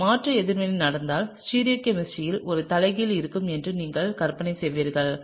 ஒரு மாற்று எதிர்வினை நடந்தால் ஸ்டீரியோ கெமிஸ்ட்ரியில் ஒரு தலைகீழ் இருக்கும் என்று நீங்கள் கற்பனை செய்வீர்கள்